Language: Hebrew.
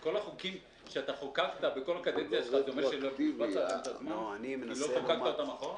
כל החוקים שחוקקת במשך כל הקדנציה לא החלת אותם אחורה.